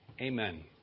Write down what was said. Amen